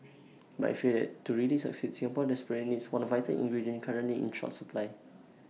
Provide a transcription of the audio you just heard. but I fear that to really succeed Singapore desperately needs one vital ingredient currently in short supply